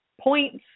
points